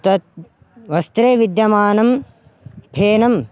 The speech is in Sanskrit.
तत् वस्त्रे विद्यमानं फेनकं